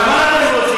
אבל מה אתם רוצים?